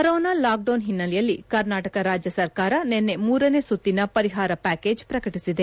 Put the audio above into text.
corona lockdown ಹಿನ್ನೆಲೆಯಲ್ಲಿ ಕರ್ನಾಟಕ ರಾಜ್ಜ ಸರ್ಕಾರ ನಿನ್ನೆ ಮೂರನೇ ಸುತ್ತಿನ ಪರಿಹಾರ ಪ್ಚಾಕೇಜ್ ಪ್ರಕಟಿಸಿದೆ